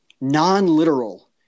non-literal